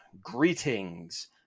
Greetings